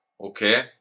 okay